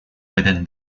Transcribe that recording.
within